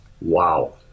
wow